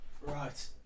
Right